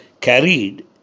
carried